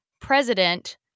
president